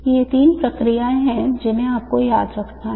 ये तीन प्रक्रियाएं हैं जिन्हें आपको याद रखना है